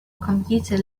computer